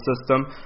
system